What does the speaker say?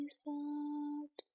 soft